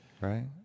Right